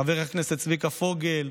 חבר הכנסת צביקה פוגל,